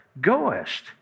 goest